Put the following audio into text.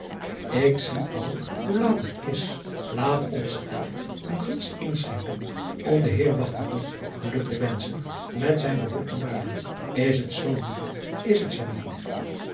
zie al hoe laat het is aat ons elk een glas inschenken om den eer geluk te wenschen met zijn beroep te uiden s het zoo niet is het zoo niet